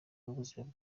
w’ubuzima